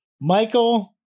Michael